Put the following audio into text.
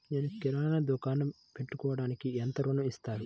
నేను కిరాణా దుకాణం పెట్టుకోడానికి ఎంత ఋణం ఇస్తారు?